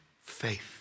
faith